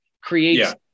creates